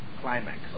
climax